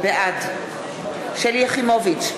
בעד שלי יחימוביץ,